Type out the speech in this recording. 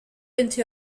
into